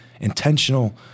intentional